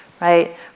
right